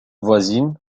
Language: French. voisine